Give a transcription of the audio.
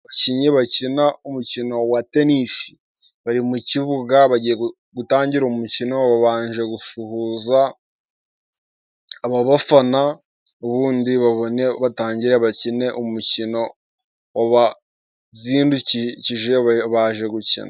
abakinnyi bakina umukino wa tenisi, bari mu kibuga gutangira umukino babanje gusuhuza abafana ubundi batangire bakine umukino wabazinduye baje gukina.